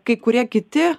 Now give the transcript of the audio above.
kai kurie kiti